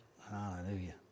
Hallelujah